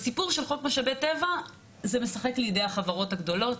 בסיפור של חוק משאבי טבע זה משחק לידי החברות הגדולות.